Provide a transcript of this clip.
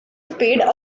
spade